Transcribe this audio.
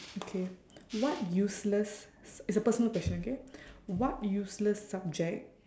okay what useless it's a personal question okay what useless subject